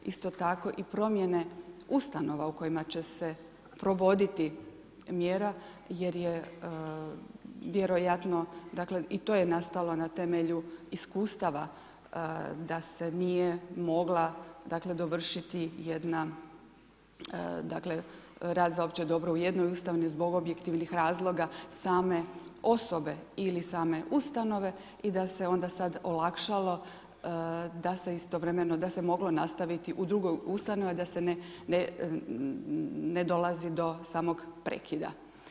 Isto tako i promjene ustanova u kojima će se provoditi mjera jer je vjerojatno dakle, i to je nastalo na temelju iskustava da se nije mogla dakle, dovršiti jedna dakle, rad za opće dobro u jednoj ustanovi zbog objektivnih razloga same osobe ili same ustanove i da se onda sad olakšalo da se istovremeno, da se moglo nastaviti u drugoj ustanovi da se ne dolazi do samog prekida.